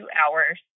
hours